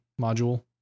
module